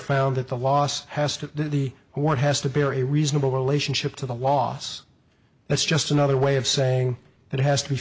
found that the loss has to be what has to bear a reasonable relationship to the loss that's just another way of saying it has to be